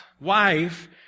wife